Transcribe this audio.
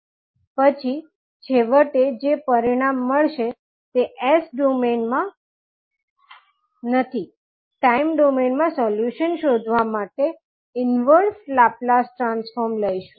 પછી છેવટે જે પરિણામ મળશે તે S ડોમેઇન તરીકે નથી ટાઇમ ડોમેઇન મા સોલ્યુશન શોધવા માટે ઇન્વર્સ લાપ્લાસ ટ્રાન્સફોર્મ લઈશું